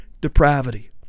depravity